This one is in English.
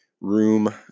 room